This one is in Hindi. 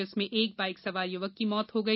जिसमें एक बाइक सवार युवक की मौत हो गई